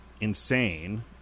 insane